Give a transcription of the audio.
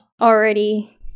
already